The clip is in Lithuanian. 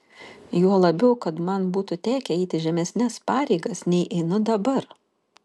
juo labiau kad man būtų tekę eiti žemesnes pareigas nei einu dabar